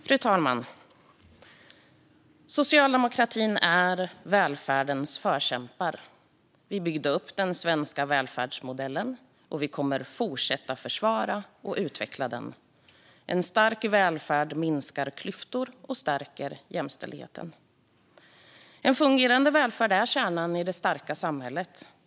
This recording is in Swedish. Fru talman! Socialdemokraterna är välfärdens förkämpar. Vi byggde upp den svenska välfärdsmodellen, och vi kommer att fortsätta försvara och utveckla den. En stark välfärd minskar klyftor och stärker jämställdheten. En fungerande välfärd är kärnan i det starka samhället.